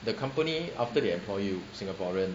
the company after they employ you singaporean